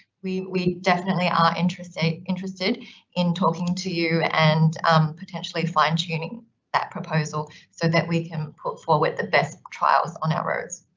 we we definitely are interested interested in talking to you and potentially fine tuning that proposal so that we can put forward the best trials on our roads.